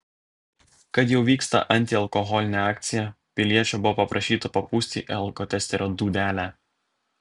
kad jau vyksta antialkoholinė akcija piliečio buvo paprašyta papūsti į alkotesterio dūdelę